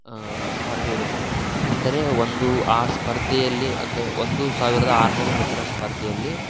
ಸ್ಪರ್ಧೆ ಇರುತ್ತದೆ ಅಂದರೆ ಒಂದು ಆ ಸ್ಪರ್ಧೆಯಲ್ಲಿ ಅಂದರೆ ಒಂದು ಸಾವಿರದ ಆರುನೂರು ಮೀಟರ್ ಸ್ಪರ್ಧೆಯಲ್ಲಿ